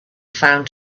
found